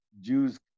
Jews